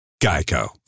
GEICO